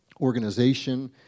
organization